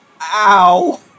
ow